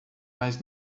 mais